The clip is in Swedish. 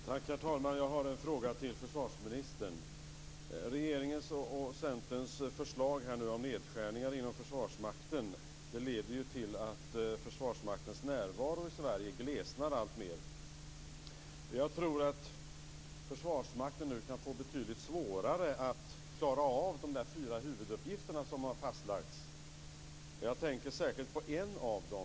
Herr talman! Jag har en fråga till försvarsministern. Regeringens och Centerns förslag om nedskärningar inom Försvarsmakten leder till att Försvarsmaktens närvaro i Sverige glesnar alltmer. Jag tror att Försvarsmakten nu kan få betydligt svårare att klara av de fyra huvuduppgifter som har fastlagts. Jag tänker särskilt på en av dem.